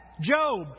Job